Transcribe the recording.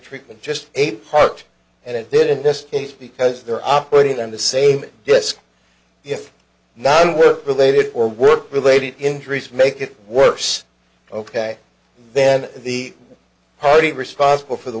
treatment just a part and it did in this case because they're operating on the same disc if not related or work related injuries make it worse ok then the party responsible for the